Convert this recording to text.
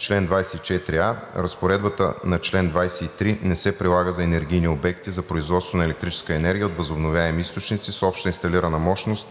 24а. (1) Разпоредбата на чл. 23 не се прилага за енергийни обекти за производство на електрическа енергия от възобновяеми източници с обща инсталирана мощност